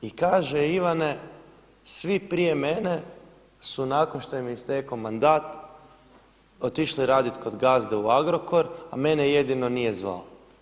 I kaže Ivane svi prije mene su nakon što im je istekao mandat otišli raditi kod gazde u Agrokor, a mene jedino nije zvao.